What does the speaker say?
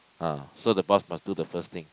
ah so the boss must do the first thing